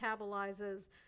metabolizes